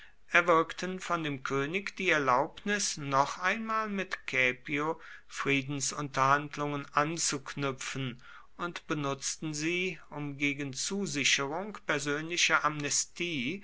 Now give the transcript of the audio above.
erwirkten von dem könig die erlaubnis noch einmal mit caepio friedensunterhandlungen anzuknüpfen und benutzten sie um gegen zusicherung persönlicher amnestie